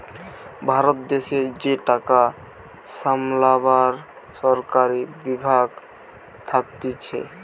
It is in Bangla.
ভারত দেশের যে টাকা সামলাবার সরকারি বিভাগ থাকতিছে